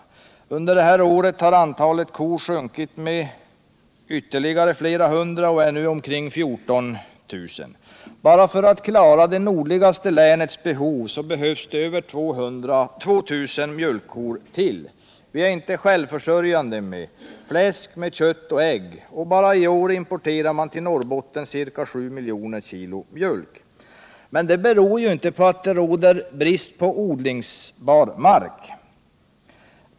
Bara under det här året har antalet kor sjunkit med ytterligare flera hundra och är nu omkring 14 000. För att klara enbart det nordligaste länets behov fordras det över 2 000 mjölkkor. Vi är inte självförsörjande med fläsk, kött och ägg. Bara i år importerar man till Norrbotten ca sju miljoner kilo mjölk. Men detta beror inte på att det råder brist på odlingsbar mark.